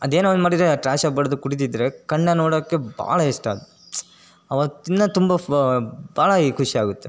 ಅದೇನೋ ಒಂದು ಮಾಡಿದರೆ ಟ್ರಾಶ್ ಆಗಬಾರ್ದು ಕುಡಿದಿದ್ದರೆ ಕಣ್ಣ ನೋಡೋಕ್ಕೆ ಭಾಳ ಇಷ್ಟ ಅವತ್ತು ಇನ್ನೂ ತುಂಬ ಭಾಳ ಖುಷಿಯಾಗುತ್ತೆ